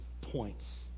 points